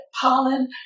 pollen